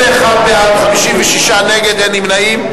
31 בעד, 56 נגד, אין נמנעים.